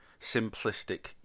simplistic